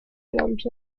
items